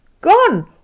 Gone